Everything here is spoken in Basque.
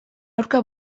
aurka